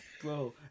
Bro